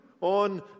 on